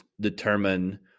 determine